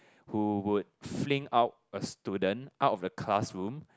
who would fling out a student out of the classroom